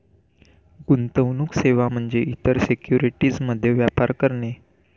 गुंतवणूक सेवा म्हणजे इतर सिक्युरिटीज मध्ये व्यापार करणे